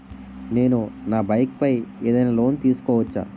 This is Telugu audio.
నేను నా బైక్ పై ఏదైనా లోన్ తీసుకోవచ్చా?